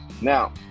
Now